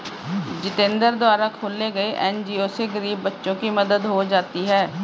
जितेंद्र द्वारा खोले गये एन.जी.ओ से गरीब बच्चों की मदद हो जाती है